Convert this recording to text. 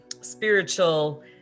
spiritual